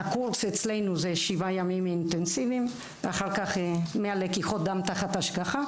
הקורס אצלנו זה 7 ימים אינטנסיביים ואחר כך 100 לקיחות דם תחת השגחה